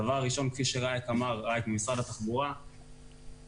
דבר ראשון, כפי שראיק ממשרד התחבורה אמר,